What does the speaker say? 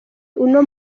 uno